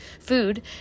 food